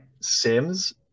Sims